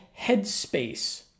Headspace